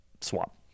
swap